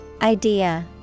Idea